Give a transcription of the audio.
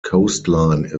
coastline